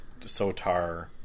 Sotar